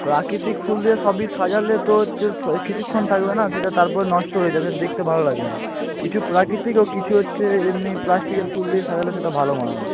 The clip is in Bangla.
প্রাকৃতিক ফুল দিয়ে সবই সাজালে তো হচ্ছে স কিছুক্ষণ থাকবে না সেটা তার পরে নষ্ট হয়ে যাবে সেটা দেখতে ভালো লাগবে না কিছু প্রাকৃতিক ও কিছু হচ্ছে এমনি প্লাস্টিকের ফুল দিয়ে সাজালে সেটা ভালো মানাবে